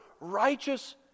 righteous